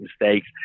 mistakes